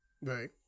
Right